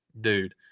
Dude